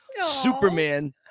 Superman